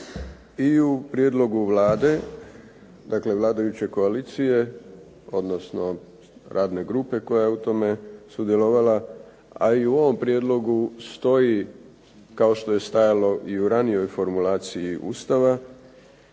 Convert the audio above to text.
I u prijedlogu Vlade dakle vladajuće koalicije odnosno radne grupe koja je u tome sudjelovala a i u ovom prijedlogu stoji kao što je stajalo i u ranijoj formulaciji Ustava